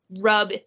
rub